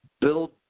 build